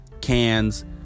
cans